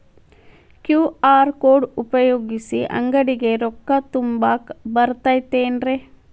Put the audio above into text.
QR code ಉಪಯೋಗಿಸಿ, ಅಂಗಡಿಗೆ ರೊಕ್ಕಾ ತುಂಬಾಕ್ ಬರತೈತೇನ್ರೇ?